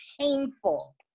painful